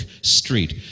street